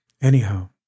Anyhow